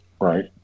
Right